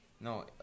No